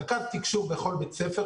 רכז תקשוב בכל בית ספר,